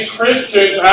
Christians